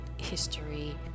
history